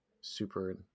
super